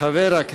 תודה רבה.